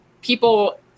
people